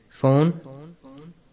Phone